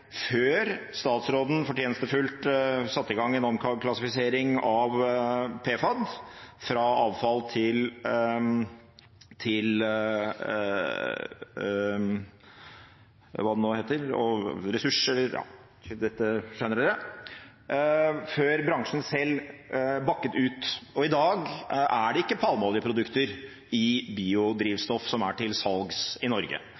før statsråden fortjenstfullt satte i gang en omklassifisering av PFAD fra avfall til – hva det nå heter – ressurser, ja dette skjønner man, før bransjen selv bakket ut. Og i dag er det ikke palmeoljeprodukter i biodrivstoff som er til salgs i Norge.